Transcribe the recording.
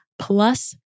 plus